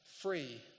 free